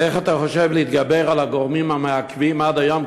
איך אתה חושב להתגבר על הגורמים המעכבים עד היום,